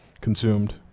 consumed